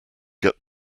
get